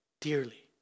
dearly